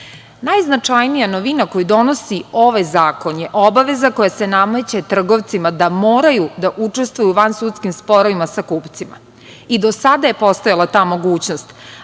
novina koju donosi ovaj zakon je obaveza koja se nameće trgovcima da moraju učestvuju u vansudskim sporovima sa kupcima i do sada je postojala ta mogućnost,